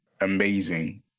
amazing